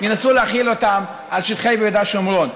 ינסו להחיל אותם על שטחי יהודה ושומרון.